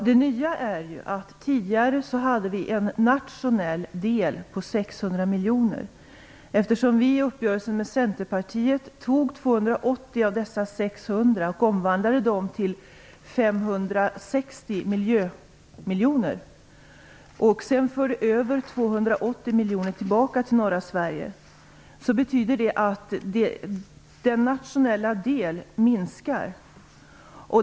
Fru talman! Tidigare hade vi en nationell del på 600 miljoner. I uppgörelsen med Centerpartiet tog vi Sverige. Det betyder att den nationella delen minskar.